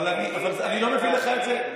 אבל אני לא מביא לך את זה,